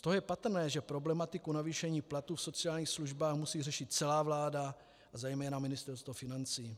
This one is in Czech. Z toho je patrné, že problematiku navýšení platů v sociálních službách musí řešit celá vláda, zejména Ministerstvo financí.